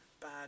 bad